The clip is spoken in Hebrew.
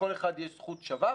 לכל אחד יש זכות שווה,